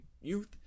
youth